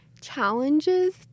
challenges